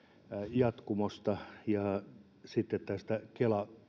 jatkumosta ja kela